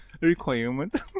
requirement